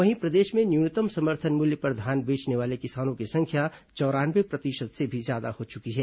वहीं प्रदेश में न्यूनतम समर्थन मूल्य पर धान बेचने वाले किसानों की संख्या चौरानवे प्रतिशत से भी ज्यादा हो चुकी है